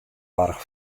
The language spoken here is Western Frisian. warch